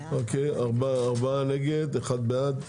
ארבעה נגד, אחד בעד.